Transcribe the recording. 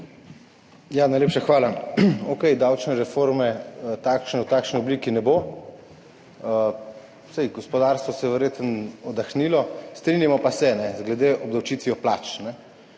Najlepša hvala. Okej, davčne reforme v takšni obliki ne bo. Saj gospodarstvo si je verjetno oddahnilo, strinjamo pa se glede obdavčitve plač.